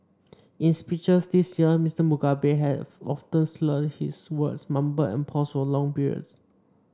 in speeches this year Mister Mugabe have often slurred his words mumbled and paused for long periods